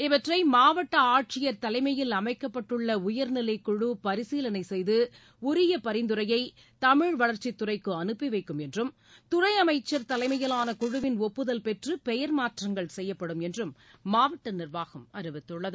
இவற்றை மாவட்ட ஆட்சியர் தலைமையில் அமைக்கப்பட்டுள்ள உயர்நிலை குழு பரிசீலனை செய்து உரிய பரிந்துரையை தமிழ் வளர்ச்சித்துறைக்கு அனுப்பி வைக்கப்படும் என்றும் துறை அமைச்சர் தலைமையிலான குழலின் ஒப்புதல் பெற்று பெயர் மாற்றங்கள் செய்யப்படும் என்றும் மாவட்ட நிர்வாகம் அறிவித்துள்ளது